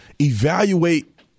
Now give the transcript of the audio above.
evaluate